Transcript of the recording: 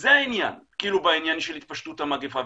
זה העניין בעניין של התפשטות המגפה,